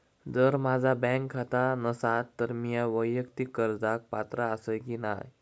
जर माझा बँक खाता नसात तर मीया वैयक्तिक कर्जाक पात्र आसय की नाय?